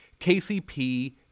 KCP